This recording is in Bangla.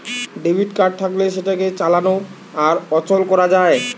ডেবিট কার্ড থাকলে সেটাকে চালানো আর অচল করা যায়